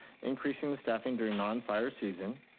increasing the staffing during non-fire season,